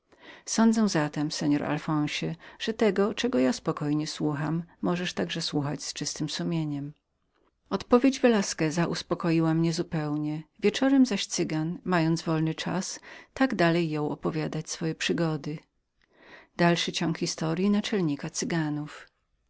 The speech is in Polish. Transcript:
sądzę zatem seor alfonsie że to czego ja spokojnie słucham możesz także słyszyć z czystem sumieniem odpowiedź ta velasqueza uspokoiła mnie zupełnie wieczorem zaś cygan mając wolny czas tak dalej jął opowiadać swoje przygody ciągle